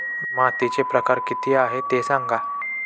मातीचे प्रकार किती आहे ते सांगा